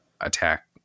attack